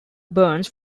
burns